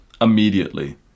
immediately